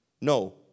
No